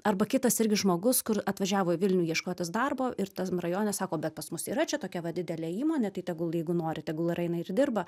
arba kitas irgi žmogus kur atvažiavo į vilnių ieškotis darbo ir tam rajone sako bet pas mus yra čia tokia didelė įmonė tai tegul jeigu nori tegul ir eina ir dirba